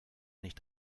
nicht